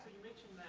mentioned